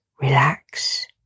Relax